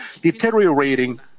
deteriorating